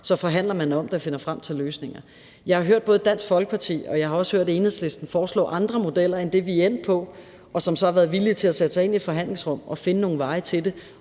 så forhandler man om dem og finder frem til løsninger. Jeg har hørt både Dansk Folkeparti, og jeg har også hørt Enhedslisten foreslå andre modeller end det, vi er endt på, men de har så været villige til at sætte sig ind i et forhandlingsrum og finde nogle veje til det.